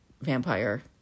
vampire